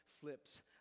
flips